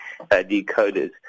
decoders